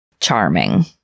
charming